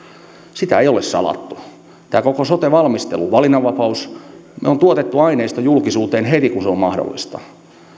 sitä ei ole salattu tämä koko sote valmistelu valinnanvapaus me olemme tuottaneet aineiston julkisuuteen heti kun se on mahdollista